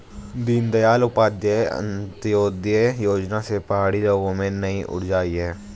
दीनदयाल उपाध्याय अंत्योदय योजना से पहाड़ी लोगों में नई ऊर्जा आई है